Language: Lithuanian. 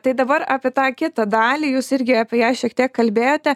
tai dabar apie tą kitą dalį jūs irgi apie ją šiek tiek kalbėjote